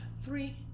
three